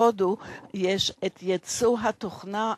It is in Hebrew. הודו היא יצואנית תוכנה,